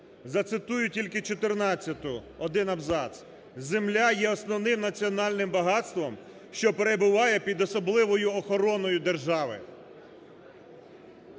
Зацитую тільки 14-у, один абзац: "Земля є основним національним багатством, що перебуває під особливою охороною держави".